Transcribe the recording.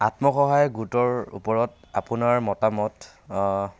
আত্মসহায়ক গোটৰ ওপৰত আপোনাৰ মতামত